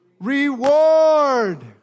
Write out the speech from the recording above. reward